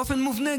באופן מובנה,